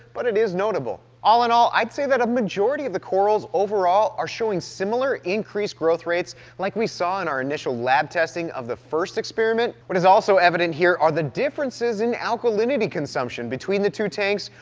but it is notable. all in all, i'd say that a majority of the corals overall are showing similar increased growth rates like we saw in our initial lab testing of the first experiment. what is also evident here are the differences in alkalinity consumption between the two tanks,